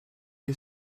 you